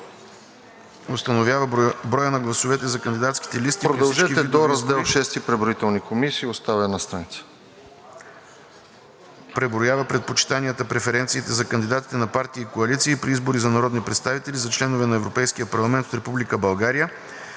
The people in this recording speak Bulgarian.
Продължете до Раздел VI – Преброителни комисии. Остава една страница.